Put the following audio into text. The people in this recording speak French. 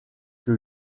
que